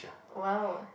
!wow!